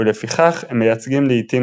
ולפיכך, הם מייצגים לעיתים